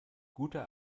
guter